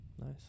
Nice